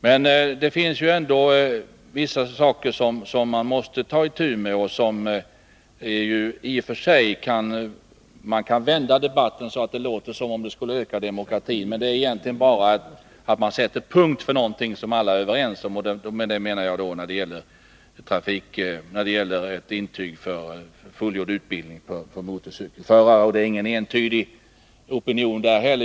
Men det finns ju ändå vissa saker som vi måste ta itu med. När det gäller exempelvis intyg om fullgjord utbildning för motorcykel finns det ingen entydig opinion.